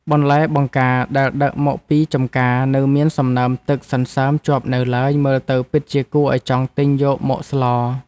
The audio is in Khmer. បន្លែបង្ការដែលដឹកមកពីចំការនៅមានសំណើមទឹកសន្សើមជាប់នៅឡើយមើលទៅពិតជាគួរឱ្យចង់ទិញយកមកស្ល។